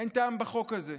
אין טעם בחוק הזה.